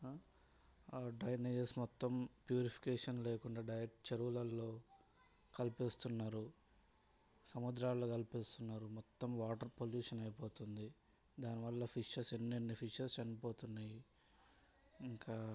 drainages మొత్తం purification లేకుండా direct చెరువులల్లో కలిపేస్తున్నారు సముద్రాలలో కలిపేస్తున్నారు మొత్తం వాటర్ పొల్యూషన్ అయిపోతుంది దానివల్ల ఫిషెస్ ఎన్నెన్ని ఫిషెస్ చనిపోతున్నాయి ఇంకా